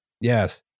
Yes